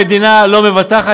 המדינה לא מבטחת.